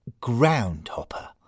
groundhopper